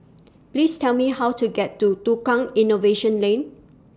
Please Tell Me How to get to Tukang Innovation Lane